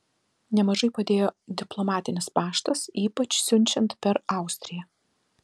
nemažai padėjo diplomatinis paštas ypač siunčiant per austriją